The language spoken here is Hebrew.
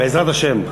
בעזרת השם.